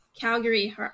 Calgary